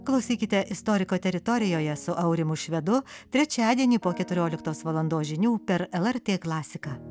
klausykite istoriko teritorijoje su aurimu švedu trečiadienį po keturioliktos valandos žinių per lrt klasiką